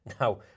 Now